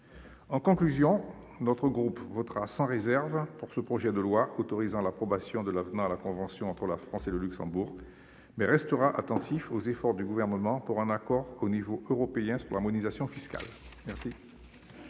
En conclusion, mon groupe votera sans réserve pour ce projet de loi autorisant l'approbation de l'avenant à la convention fiscale entre la France et le Luxembourg, mais restera attentif aux efforts du Gouvernement pour parvenir à un accord à l'échelon européen en matière d'harmonisation fiscale. La